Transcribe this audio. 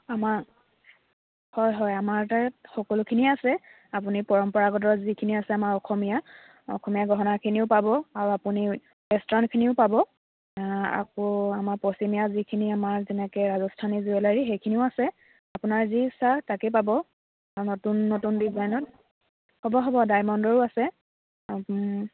আমাৰ হয় হয় আমাৰ তাৰ সকলোখিনিয়ে আছে আপুনি পৰম্পৰাগত যিখিনি আছে আমাৰ অসমীয়া অসমীয়া গহনাখিনিও পাব আৰু আপুনি ওৱেষ্টাৰ্ণখিনিও পাব আকৌ আমাৰ পশ্চিমীয়া যিখিনি আমাৰ যেনেকৈ ৰাজস্থানী জুৱেলাৰী সেইখিনিও আছে আপোনাৰ যি ইচ্ছা তাকেই পাব আৰু নতুন নতুন ডিজাইনত হ'ব হ'ব ডায়মণ্ডৰো আছে